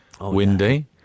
windy